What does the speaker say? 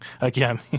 again